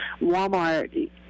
Walmart